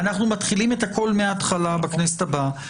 אנחנו מתחילים הכול מההתחלה בכנסת הבאה.